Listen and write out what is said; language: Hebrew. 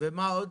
ומה עוד?